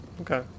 Okay